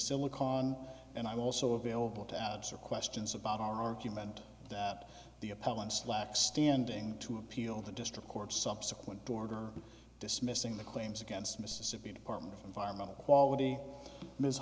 silicone and i also available to ads or questions about our argument that the appellant's lack standing to appeal the district court's subsequent border dismissing the claims against mississippi department of environmental quality ms